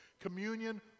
communion